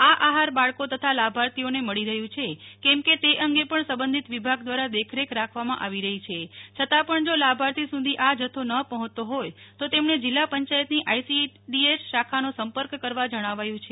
આ આહાર બાળકો તથા લાભાર્થીઓને મળી રહ્યું છે કે કેમ તે અંગે પણ સંબંધિત વિભાગ દ્વારા દેખરેખ રાખવામાં આવી રફી છે છતાં પણ જાેલાભાર્થી સુધી આ જથ્થો ન પહોંચતો હોય તો તેમણે જિલ્લા પંચાયતની આઈસીડીએસ શાખાનો સંપર્ક કરવા જણાવ્યું છે